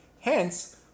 Hence